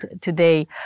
today